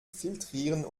filtrieren